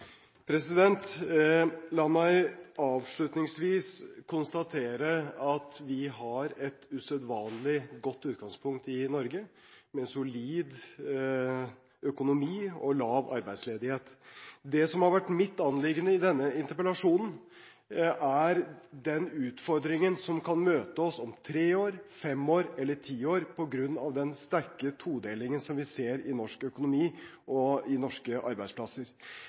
første. La meg avslutningsvis konstatere at vi har et usedvanlig godt utgangspunkt i Norge med en solid økonomi og en lav arbeidsledighet. Det som har vært mitt anliggende i denne interpellasjonen, er den utfordringen som kan møte oss om tre år, fem år eller ti år på grunn av den sterke todelingen som vi ser i norsk økonomi og i norske